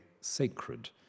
sacred